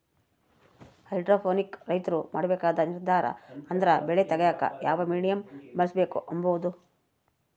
hydroponic ರೈತ್ರು ಮಾಡ್ಬೇಕಾದ ನಿರ್ದಾರ ಅಂದ್ರ ಬೆಳೆ ತೆಗ್ಯೇಕ ಯಾವ ಮೀಡಿಯಮ್ ಬಳುಸ್ಬಕು ಅಂಬದು